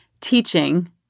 teaching